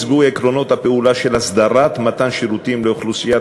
שבו הוצגו עקרונות הפעולה של אסדרת מתן שירותים לאוכלוסיית